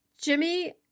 Jimmy